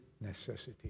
necessity